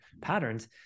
patterns